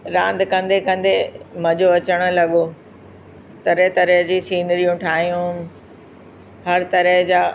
रांदि कंदे कंदे मज़ो अचणु लॻो तरह तरह जी सिनिरियूं ठाहियूं हर तरह जा